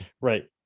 Right